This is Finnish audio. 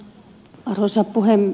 arvoisa puhemies